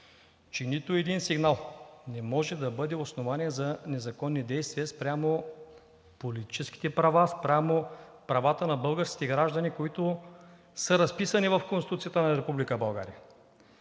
че нито един сигнал не може да бъде основание за незаконни действия спрямо политическите права, спрямо правата на българските граждани, които са разписани в Конституцията на